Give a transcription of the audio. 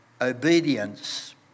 obedience